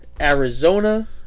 Arizona